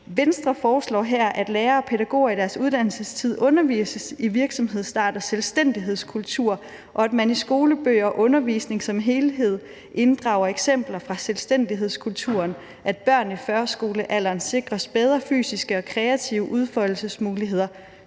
»Venstre foreslår her, at lærere og pædagoger i deres uddannelsestid undervises i virksomhedsstart og selvstændighedskultur, at man i skolebøger og undervisning som helhed inddrager eksempler fra selvstændighedskulturen, at børn i førskolealderen sikres bedre fysiske og kreative udfoldelsesmuligheder